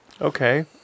Okay